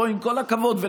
בואי, עם כל הכבוד.